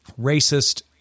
racist